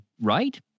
right